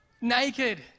naked